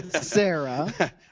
Sarah